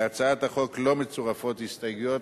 להצעת החוק לא מצורפות הסתייגויות,